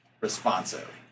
responsive